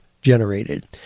Generated